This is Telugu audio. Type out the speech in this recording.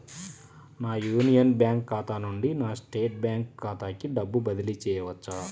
నా యూనియన్ బ్యాంక్ ఖాతా నుండి నా స్టేట్ బ్యాంకు ఖాతాకి డబ్బు బదిలి చేయవచ్చా?